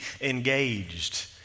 engaged